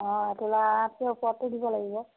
অঁ এতোলাতকৈ ওপৰতে দিব লাগিব